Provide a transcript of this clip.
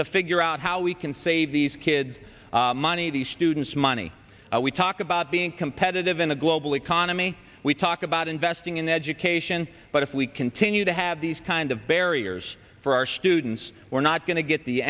to figure out how we can save these kids money these students money we talk about being competitive in the global economy we talk about investing in education but if we continue to have these kind of barriers for our students we're not going to get the